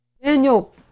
Daniel